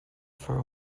for